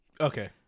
Okay